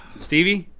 stevie?